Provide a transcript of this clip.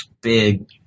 big